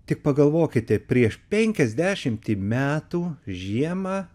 tik pagalvokite prieš penkiasdešimtį metų žiemą